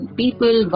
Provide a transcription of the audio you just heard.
people